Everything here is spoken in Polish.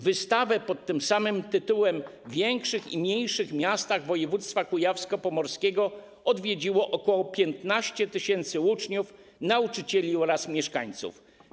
Wystawę pod tym samym tytułem w większych i mniejszych miastach województwa kujawsko-pomorskiego odwiedziło ok. 15 tys. uczniów, nauczycieli oraz mieszkańców.